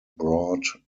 broad